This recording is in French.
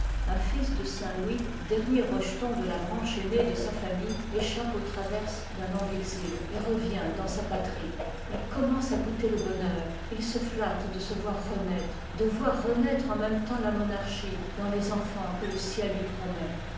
un fils de saint-louis dernier rejeton de la branche aînëe de sa famille échappe aux traverses d'un long exil et revient dans sa patrie il commence à goûter le bonheur il se flatta de se voir renaître de voir renaître en même temps la monarchie dans les erifans que le ciel lui promet